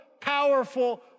powerful